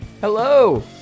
Hello